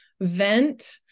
vent